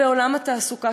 ועולם התעסוקה,